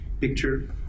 picture